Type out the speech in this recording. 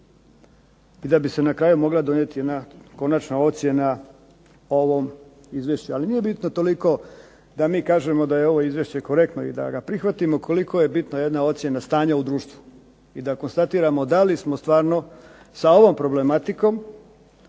i da bi se na kraju mogla donijeti jedna konačna ocjena o ovom Izvješću. Ali nije bitno toliko da mi kažemo da je ovo Izvješće korektno i da ga prihvatimo koliko je bitno jedna ocjena stanja u društvu i da konstatiramo da li smo stvarno sa ovom problematikom